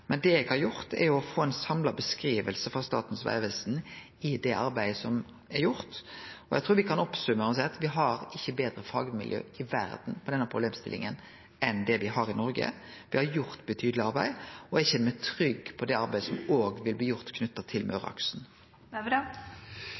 men det eg har gjort, er å få ei samla skildring frå Statens vegvesen av det arbeidet som er gjort. Eg trur me kan oppsummere med å seie at me har ikkje betre fagmiljø i verda på denne problemstillinga enn det me har i Noreg. Me har gjort eit betydeleg arbeid, og eg kjenner meg trygg på det arbeidet som òg vil bli gjort knytt til